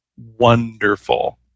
wonderful